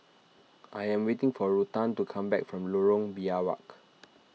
I am waiting for Ruthann to come back from Lorong Biawak